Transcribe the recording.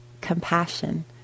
compassion